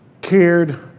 cared